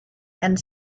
and